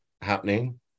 happening